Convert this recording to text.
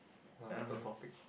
what was the topic